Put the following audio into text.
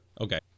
okay